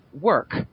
work